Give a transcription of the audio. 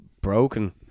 broken